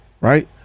right